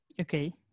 Okay